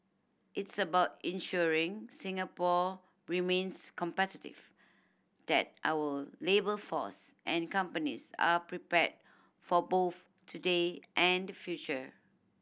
it's about ensuring Singapore remains competitive that our labour force and companies are prepared for both today and the future